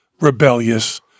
rebellious